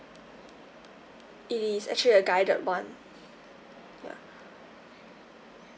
it is actually a guided [one] ya